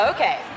Okay